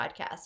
podcast